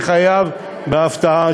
אני חייב בהפתעה,